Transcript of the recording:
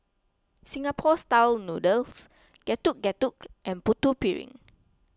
Singapore Style Noodles Getuk Getuk and Putu Piring